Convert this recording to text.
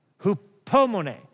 Hupomone